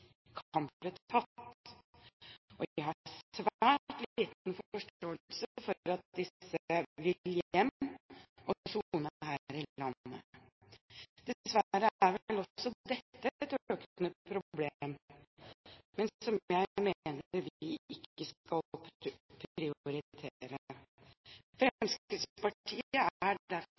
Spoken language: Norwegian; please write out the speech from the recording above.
tatt. Og jeg har svært liten forståelse for at disse vil hjem og sone her i landet. Dessverre er vel også dette et økende problem, men jeg mener vi ikke skal prioritere det. Fremskrittspartiet er derfor svært fornøyd med